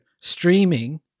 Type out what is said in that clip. streaming